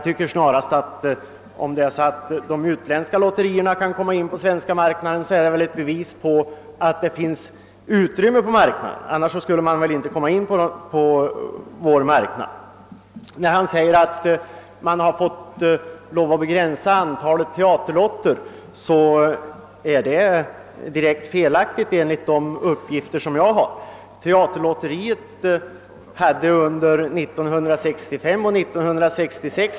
Detta bör väl snarast vara ett bevis för att det finns utrymme på marknaden; annars skulle de utländska lotterierna inte kunna komma in på vår marknad. Herr Lindholm säger vidare, att man fått lov att begränsa antalet teaterlotter. Enligt de uppgifter jag har fått är detta direkt felaktigt. Teaterlotteriet hade 200 000 lotter 1965 och 1966.